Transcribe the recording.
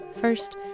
First